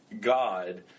God